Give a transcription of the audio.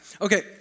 Okay